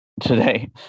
today